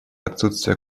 отсутствия